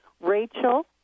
Rachel